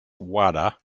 wada